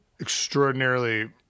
extraordinarily